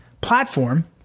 platform